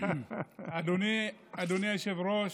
אדוני היושב-ראש,